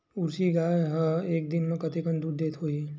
Jersey गाय ह एक दिन म कतेकन दूध देत होही?